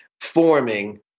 forming